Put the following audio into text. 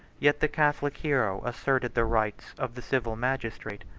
yet the catholic hero asserted the rights of the civil magistrate.